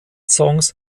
songs